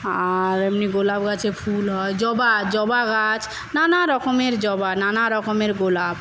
আর এমনি গোলাপ গাছে ফুল হয় জবা জবা গাছ নানারকমের জবা নানারকমের গোলাপ